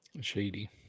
shady